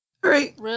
Great